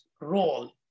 role